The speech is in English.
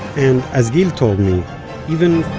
and as gil told me even